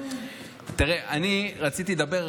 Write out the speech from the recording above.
רציתי לדבר,